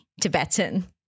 Tibetan